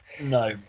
No